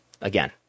Again